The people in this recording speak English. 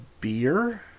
beer